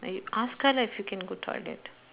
eh you ask her if you can go toilet